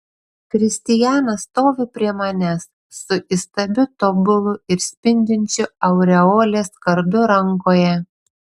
kristijanas stovi prie manęs su įstabiu tobulu ir spindinčiu aureolės kardu rankoje